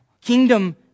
Kingdom